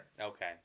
Okay